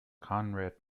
konrad